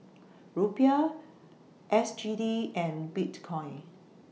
Rupiah S G D and Bitcoin